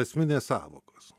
esminės sąvokos